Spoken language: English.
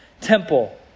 temple